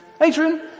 Adrian